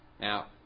Now